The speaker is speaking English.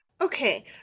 Okay